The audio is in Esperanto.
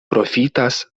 profitas